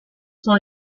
sont